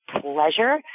pleasure